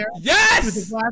yes